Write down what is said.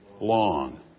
long